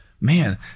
man